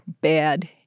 bad